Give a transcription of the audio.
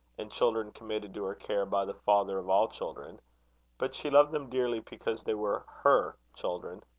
and children committed to her care by the father of all children but she loved them dearly because they were her children.